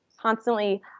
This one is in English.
constantly